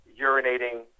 urinating